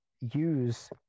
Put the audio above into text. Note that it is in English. use